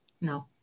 No